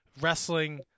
wrestling